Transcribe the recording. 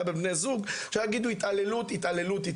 בין בני זוג הם יגידו את המילה התעללות.